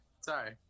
sorry